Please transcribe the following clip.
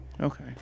Okay